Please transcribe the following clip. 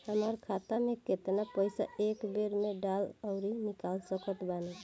हमार खाता मे केतना पईसा एक बेर मे डाल आऊर निकाल सकत बानी?